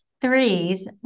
threes